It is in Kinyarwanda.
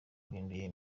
bahinduye